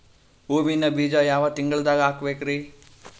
ಹೂವಿನ ಬೀಜ ಯಾವ ತಿಂಗಳ್ದಾಗ್ ಹಾಕ್ಬೇಕರಿ?